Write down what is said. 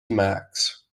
max